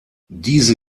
diese